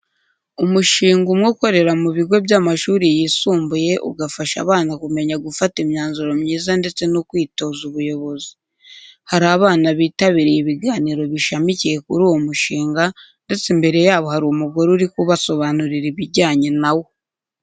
Umushinga umwe ukorera mu bigo by'amashuri yisumbuye ugafasha abana kumenya gufata imyanzuro myiza ndetse no kwitoza ubuyobozi. Hari abana bitabiriye ibiganiro bishamikiye kuri uwo mushinga ndetse imbere yabo hari umugore uri kubasobanurira ibijyanye na wo.